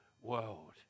world